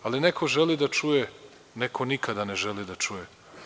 Ali, neko želi da čuje, neko nikada ne želi da čuju.